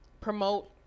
promote